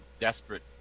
desperate